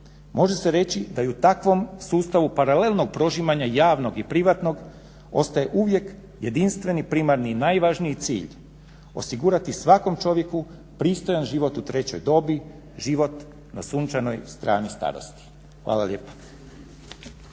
Može se reći da i u takvom sustavu paralelnog prožimanja javnog i privatnog ostaje uvijek jedinstveni primarni najvažniji cilj osigurati svakom čovjeku pristojan život u trećoj dobi, život na sunčanoj strani starosti. Hvala lijepa.